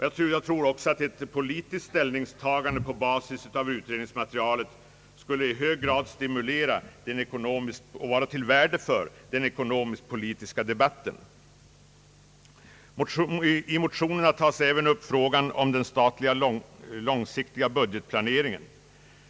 Jag tror också att ett politiskt ställningstagande på basis av utred ningsmaterialet skulle i hög grad stimulera och vara till värde för den ekonomisk-politiska debatten. I motionerna tas även upp frågan om den statliga långsiktiga budgetplaneringen.